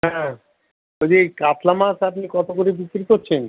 হ্যাঁ বলছি কাতলা মাছ আপনি কতো করে বিক্রি করছেন